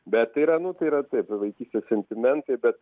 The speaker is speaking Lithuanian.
bet tai yra nu tai yra taip vaikystės sentimentai bet